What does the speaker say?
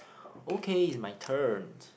okay it's my turn